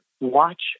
watch